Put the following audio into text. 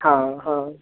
हँ हँ